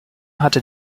hatte